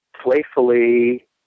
playfully